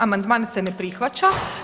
Amandman se ne prihvaća.